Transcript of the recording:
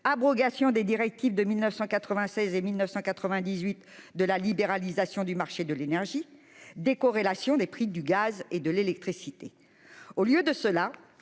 abrogation des directives de 1996 et 1998 de libéralisation du marché de l'énergie ; décorrélation des prix du gaz et de l'électricité.